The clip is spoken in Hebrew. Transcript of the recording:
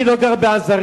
אני לא גר בעזריה,